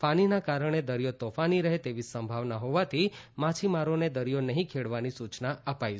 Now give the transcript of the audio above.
ફાનીના કારણે દરિયો તોફાની રહે તેવી સંભાવના હોવાથી માછીમારોને દરિયો નહીં ખડેવાની સુચના અપાઇ છે